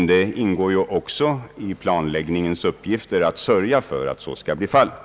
Jag vill framhålla att det också ingår i planläggningen att berörda myndigheter skall sörja för att så skall bli fallet.